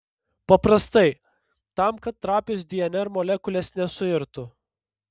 paprastai tam kad trapios dnr molekulės nesuirtų